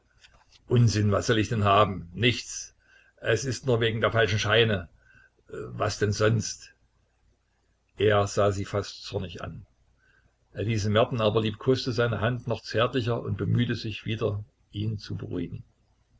unsinn was soll ich denn haben nichts es ist nur wegen der falschen scheine was denn sonst er sah sie fast zornig an elise merten aber liebkoste seine hand noch zärtlicher und bemühte sich wieder ihn zu beruhigen